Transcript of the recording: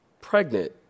pregnant